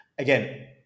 Again